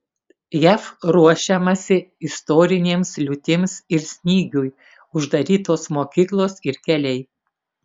jav ruošiamasi istorinėms liūtims ir snygiui uždarytos mokyklos ir keliai